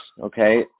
okay